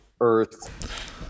Earth